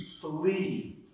flee